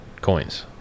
coins